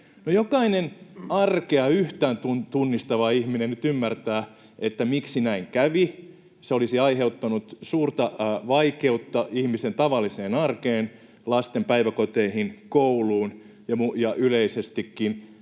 jokainen arkea yhtään tunnistava ihminen nyt ymmärtää, miksi näin kävi. Se olisi aiheuttanut suurta vaikeutta ihmisten tavalliseen arkeen, lasten päiväkoteihin, kouluun ja yleisestikin.